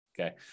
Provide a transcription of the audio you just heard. Okay